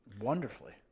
Wonderfully